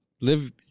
Live